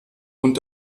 und